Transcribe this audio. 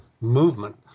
movement